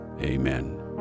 Amen